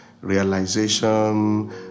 realization